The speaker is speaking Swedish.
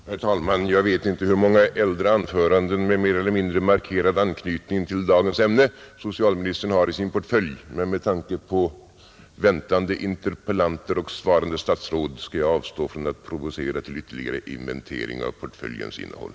Herr talman! Jag vet inte hur många äldre anföranden med mer eller mindre markerad anknytning till dagens ämne socialministern har i sin portfölj, men med tanke på väntande interpellanter och svarande statsråd skall jag avstå från att provocera till ytterligare inventering av portföljens innehåll.